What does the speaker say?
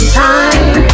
time